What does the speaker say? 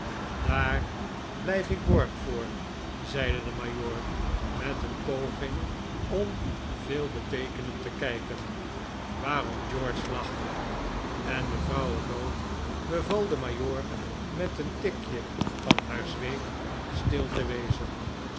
daar blijf ik borg voor zeide de majoor met een poging om veelbeteekenend tekijken waarom george lachte en mevrouw o'dowd beval den majoor met een tikje van haar zweep stil te wezen